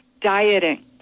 dieting